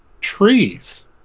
trees